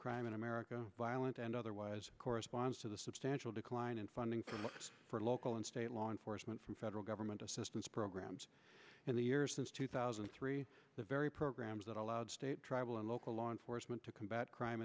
crime in america violent and otherwise corresponds to the substantial decline in funding for books for local and state law enforcement from federal government assistance programs in the years since two thousand and three the very programs that allowed state tribal and local law enforcement to combat crime